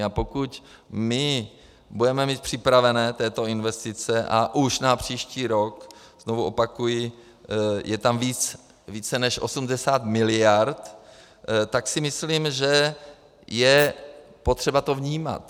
A pokud my budeme mít připraveny tyto investice a už na příští rok, znovu opakuji, je tam více než 80 miliard, tak si myslím, že je potřeba to vnímat.